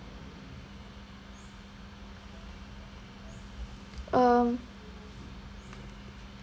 um